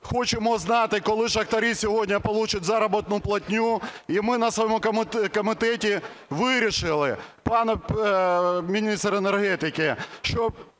хочемо знати, коли шахтарі сьогодні получать заробітну платню ? І ми на своєму комітеті вирішили, пане міністр енергетики, що